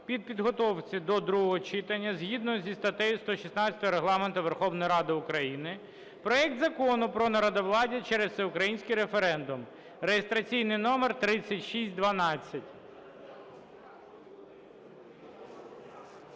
при підготовці до другого читання, згідно зі статтею 116 Регламенту Верховної Ради України, проект Закону про народовладдя через всеукраїнський референдум (реєстраційний номер 3612).